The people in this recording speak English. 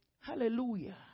Hallelujah